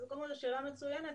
זו שאלה מצוינת.